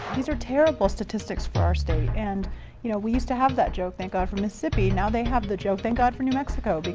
these are terrible statistics for our state and you know we used to have that joke thank god for mississippi. now they have the joke thank god for new mexico. but